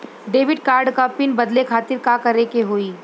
Debit card क pin बदले खातिर का करेके होई?